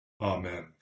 Amen